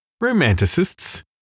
Romanticists